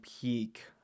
peak